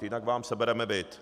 Jinak vám sebereme byt.